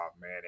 man